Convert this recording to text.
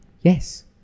Yes